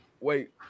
Wait